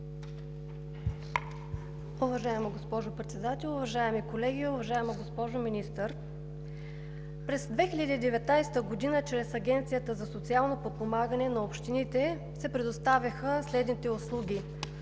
Уважаема госпожо Председател, уважаеми колеги, уважаема госпожо Министър! През 2019 г. чрез Агенцията за социално подпомагане на общините се предоставяха услугите